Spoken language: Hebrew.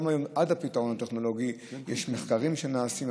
עד הפתרונות הטכנולוגיים יש מחקרים שנעשים,